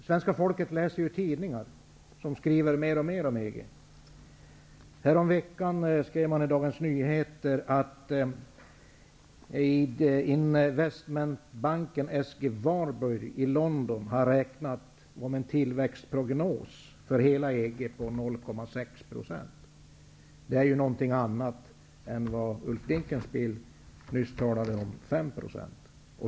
Svenska folket läser ju tidningar, som skriver mer och mer om EG. Häromveckan stod det i Dagens London nu räknar med en tillväxt för hela EG på 0,6 %. Det är någonting annat än de 5 > e% som Ulf Dinkelspiel nyss talade om.